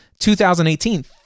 2018